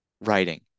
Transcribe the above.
writing